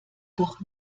doch